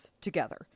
together